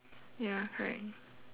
ya correct